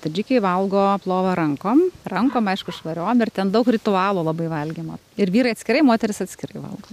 tadžikiai valgo plovą rankom rankom aišku švariom ir ten daug ritualo labai valgymo ir vyrai atskirai moterys atskirai valgo